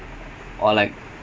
I think so ya